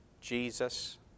Jesus